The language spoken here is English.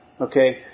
Okay